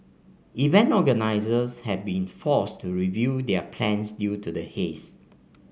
event organisers have been forced to review their plans due to the haze